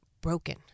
broken